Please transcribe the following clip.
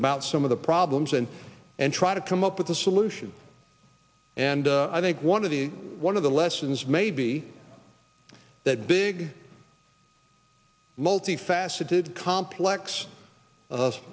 about some of the problems and and try to come up with a solution and i think one of the one of the lessons maybe that big multi faceted complex